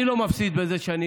אני לא מפסיד בזה שאני